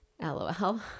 LOL